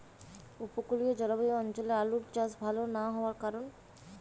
উপকূলীয় জলবায়ু অঞ্চলে আলুর চাষ ভাল না হওয়ার কারণ?